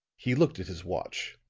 he looked at his watch.